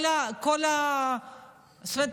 זאת אומרת,